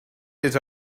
his